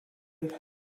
him